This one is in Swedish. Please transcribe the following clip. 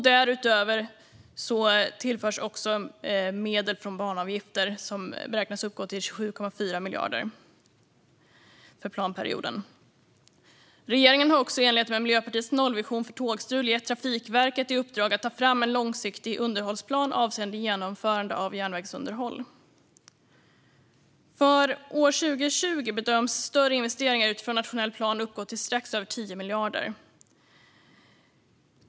Därutöver tillförs medel från banavgifter, som beräknas uppgå till 27,4 miljarder för planperioden. Regeringen har också, i enlighet med Miljöpartiets nollvision för tågstrul, gett Trafikverket i uppdrag att ta fram en långsiktig underhållsplan avseende genomförande av järnvägsunderhåll. För år 2020 bedöms större investeringar utifrån nationell plan uppgå till strax över 10 miljarder.